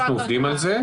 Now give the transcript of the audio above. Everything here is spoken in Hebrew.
אנחנו עובדים על זה.